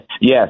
Yes